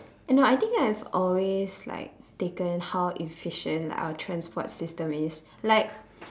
no I think I've always like taken how efficient like our transport system is like